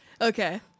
Okay